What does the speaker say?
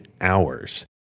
hours